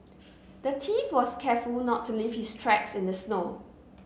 the thief was careful not to leave his tracks in the snow